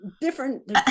different